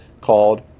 called